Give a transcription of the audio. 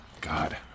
god